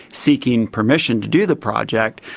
seeking permission to do the project.